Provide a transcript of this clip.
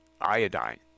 iodine